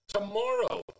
Tomorrow